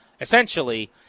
essentially